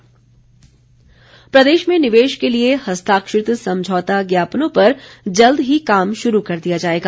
समझौता ज्ञापन प्रदेश में निवेश के लिए हस्ताक्षरित समझौता ज्ञापनों पर जल्द ही काम शुरू कर दिया जाएगा